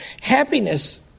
Happiness